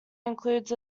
includes